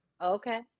Okay